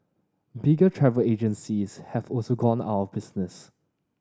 bigger travel agencies have also gone out of business